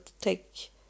take